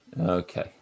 Okay